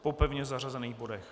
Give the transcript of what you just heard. Po pevně zařazených bodech.